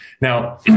Now